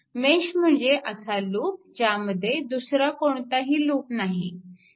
mesh म्हणजे असा loop ज्यामध्ये दुसरा कोणताही लूप नाही